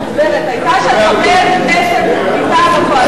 האם הצעת החוק המדוברת היתה של חבר הכנסת מטעם הקואליציה?